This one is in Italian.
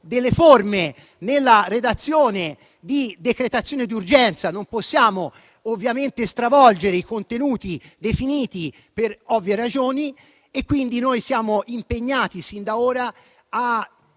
delle forme nella redazione di decretazione d'urgenza. Non possiamo ovviamente stravolgere i contenuti definiti per ovvie ragioni e quindi siamo impegnati sin d'ora a